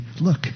look